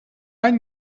any